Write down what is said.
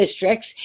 districts